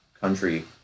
Country